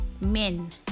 men